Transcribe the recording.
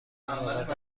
بعد